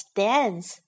dance